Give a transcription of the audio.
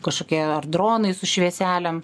kažkokie ar dronai su švieselėm